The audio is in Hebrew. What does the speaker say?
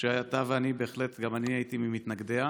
שאתה ואני, גם אני הייתי ממתנגדיה,